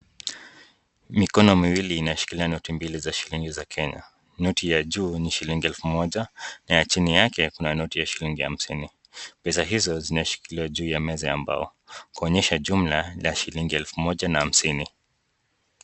Mikono miwili inashikilia noti mbili za shilingi za Kenya. Noti ya juu ni shilingi elfu moja na ya chini yake kuna noti ya shilingi hamsini. Pesa hizo zinashikiliwa juu ya meza ya mbao kuonyesha jumla ya shilingi elfu moja na hamsini.